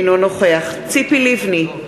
אינו נוכח ציפי לבני,